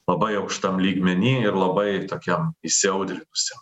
labai aukštam lygmeny ir labai tokiam įsiaudrinusiam